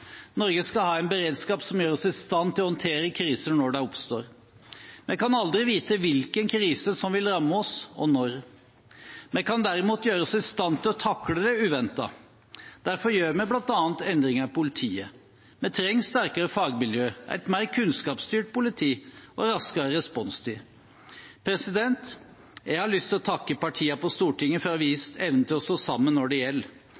Norge skal ha en beredskap som gjør oss i stand til å håndtere kriser når de oppstår. Vi kan aldri vite hvilken krise som vil ramme oss, og når. Vi kan derimot gjøre oss i stand til å takle det uventede. Derfor gjør vi bl.a. endringer i politiet. Vi trenger sterkere fagmiljøer, et mer kunnskapsstyrt politi og raskere responstid. Jeg har lyst til å takke partiene på Stortinget for å ha vist evne til å stå sammen når det gjelder.